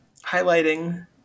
highlighting